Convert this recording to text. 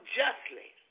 justly